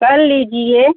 कर लीजिए